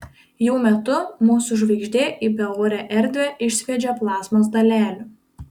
jų metu mūsų žvaigždė į beorę erdvę išsviedžia plazmos dalelių